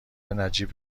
نجیب